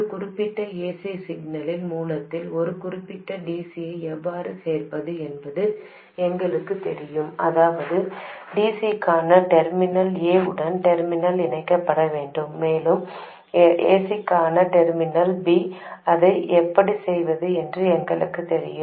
ஒரு குறிப்பிட்ட AC signal மூலத்தில் ஒரு குறிப்பிட்ட டிசியை எவ்வாறு சேர்ப்பது என்பது எங்களுக்குத் தெரியும் அதாவது டிசிக்கான டெர்மினல் ஏ உடன் டெர்மினல் இணைக்கப்பட வேண்டும் மேலும் ஏசிக்கான டெர்மினல் பி அதை எப்படி செய்வது என்று எங்களுக்குத் தெரியும்